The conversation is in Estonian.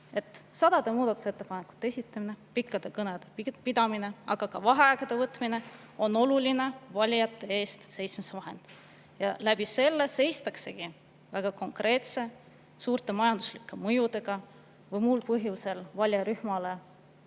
sadade muudatusettepanekute esitamine, pikkade kõnede pidamine, aga ka vaheaegade võtmine on oluline valijate eest seismise vahend. Sellisel moel seistaksegi mõne konkreetse suurte majanduslike mõjudega või mingil muul põhjusel oma valijarühmale